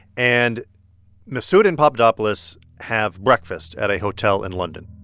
and mifsud and papadopoulos have breakfast at a hotel in london.